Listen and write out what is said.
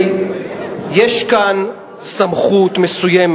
אומרת, יש גם שור שנגח.